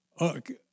Okay